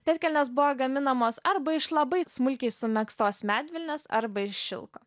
pėdkelnės buvo gaminamos arba iš labai smulkiai sumegztos medvilnės arba iš šilko